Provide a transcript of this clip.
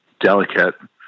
delicate